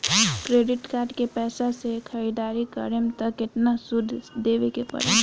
Credit card के पैसा से ख़रीदारी करम त केतना सूद देवे के पड़ी?